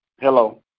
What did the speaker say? Hello